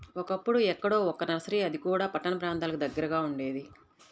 ఒకప్పుడు ఎక్కడో ఒక్క నర్సరీ అది కూడా పట్టణ ప్రాంతాలకు దగ్గరగా ఉండేది